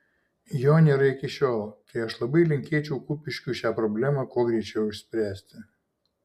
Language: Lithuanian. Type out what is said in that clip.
jo nėra iki šiol tai aš labai linkėčiau kupiškiui šią problemą kuo greičiau išspręsti